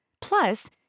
Plus